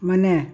ಮನೆ